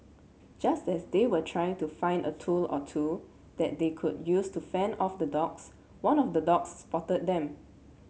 just as they were trying to find a tool or two that they could use to fend off the dogs one of the dogs spotted them